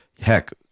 heck